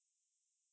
!wah!